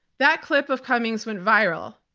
that clip of cummings went viral.